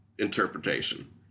Interpretation